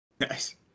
Nice